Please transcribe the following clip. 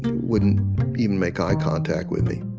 wouldn't even make eye contact with me